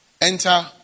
enter